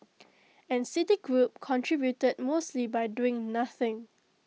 and citigroup contributed mostly by doing nothing